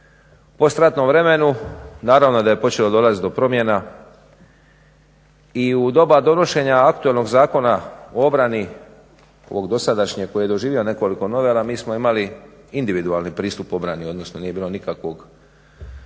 postranom vremenu naravno da je počelo dolaziti do promjena i u doba donošenja aktualnog Zakona o obrani ovog dosadašnjeg koji je doživio nekoliko novela mi smo imali individualni pristup obrani odnosno nije bilo nikakvog